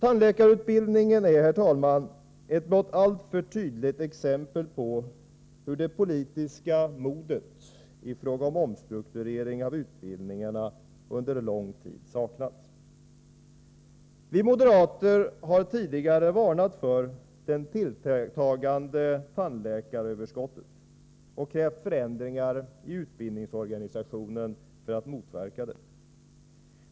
Tandläkarutbildningen är ett blott alltför tydligt exempel på hur det politiska modet i fråga om omstrukturering av utbildningarna under lång tid saknats. Vi moderater har tidigare varnat för det tilltagande tandläkaröverskottet och krävt förändringar i utbildningsorganisationen för att motverka detta.